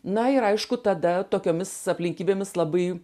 na ir aišku tada tokiomis aplinkybėmis labai